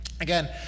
Again